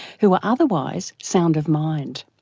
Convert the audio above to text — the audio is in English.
who are otherwise sound of mind.